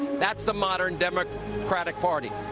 that's the modern democratic party.